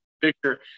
picture